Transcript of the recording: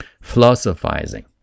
philosophizing